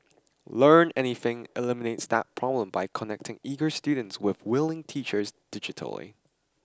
Learn Anything eliminates that problem by connecting eager students with willing teachers digitally